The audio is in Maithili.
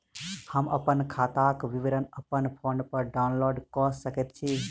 हम अप्पन खाताक विवरण अप्पन फोन पर डाउनलोड कऽ सकैत छी?